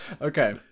Okay